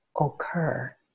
occur